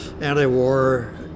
anti-war